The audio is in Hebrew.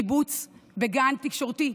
היא קיבלה שיבוץ לגן תקשורתי,